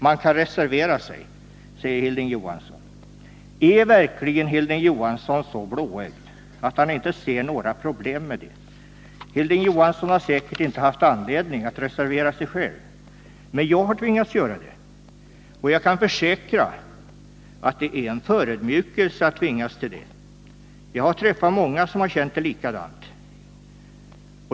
Man kan reservera sig, säger Hilding Johansson. Är verkligen Hilding Johansson så blåögd att han inte ser några problem med det? Hilding Johansson har säkerligen inte själv haft anledning att reservera sig, men jag har tvingats att göra det, och jag kan försäkra att det är en förödmjukelse att tvingas till det. Jag har träffat många som har känt det likadant.